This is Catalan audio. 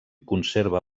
conserva